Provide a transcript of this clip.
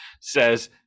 says